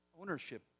ownership